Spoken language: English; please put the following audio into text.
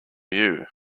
you